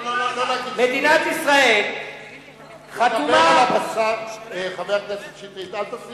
לא, לא, חבר הכנסת שטרית, אל תשים